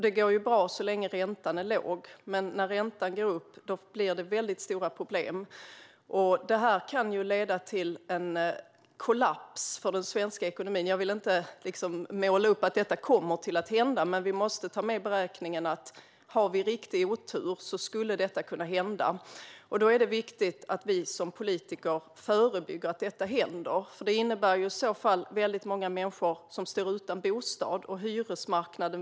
Det går bra så länge räntan är låg, men när räntan går upp blir det väldigt stora problem. Detta kan leda till en kollaps för den svenska ekonomin. Jag vill inte måla upp att detta kommer att hända, men vi måste ta med i beräkningen att det skulle kunna hända om vi har riktig otur. Det är viktigt att vi som politiker förebygger att detta händer, eftersom det i så fall skulle innebära att väldigt många människor skulle stå utan bostad.